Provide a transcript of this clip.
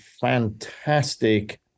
fantastic